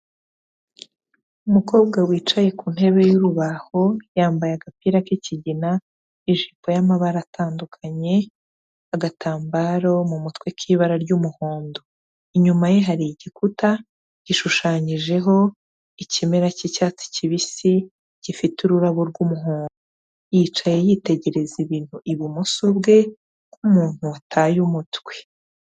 Umukobwa wicaye ku ntebe y'urubaho, yambaye agapira k'ikigina, ijipo y'amabara atandukanye, agatambaro mu mutwe k'ibara ry'umuhondo. Inyuma ye hari igikuta, gishushanyijeho ikimera cy'icyatsi kibisi gifite ururabo rw'umuhondo. Yicaye yitegereza ibintu ibumoso bwe nk'umuntu wataye umutwe.